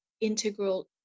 integral